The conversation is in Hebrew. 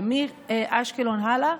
ומאשקלון הלאה,